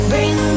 Bring